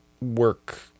work